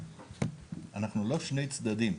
אנחנו לא שני צדדים.